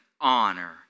honor